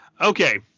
Okay